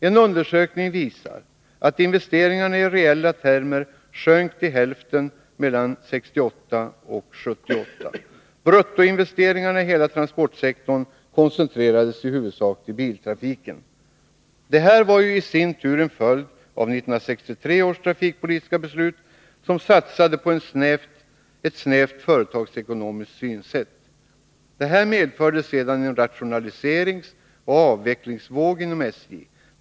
En undersökning visar att investeringarna i reella termer sjönk till hälften mellan 1968 och 1978. Bruttoinvesteringarna i hela transportsektorn koncentrerades i huvudsak till biltrafiken. Detta var i sin tur en följd av 1963 års trafikpolitiska beslut, som satsade på ett snävt företagsekonomiskt synsätt. Det medförde en rationaliseringsoch avvecklingsvåg inom SJ.